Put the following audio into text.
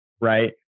right